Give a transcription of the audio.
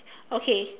okay